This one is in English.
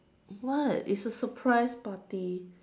what it's a surprise party